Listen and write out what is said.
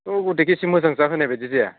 ओह गथिखे एसे मोजां जाहोनाय बायदि जाया